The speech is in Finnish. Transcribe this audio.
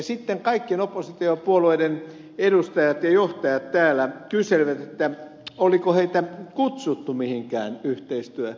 sitten kaikkien oppositiopuolueiden edustajat ja johtajat täällä kyselivät oliko heitä kutsuttu mihinkään yhteistyötilanteeseen